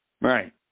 Right